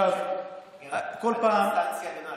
אתה יודע שבמרבית המדינות נבחרי ציבור בוחרים שופטים,